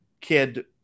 kid